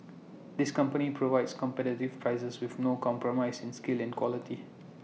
this company provides competitive prices with no compromise in skill and quality